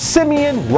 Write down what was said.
Simeon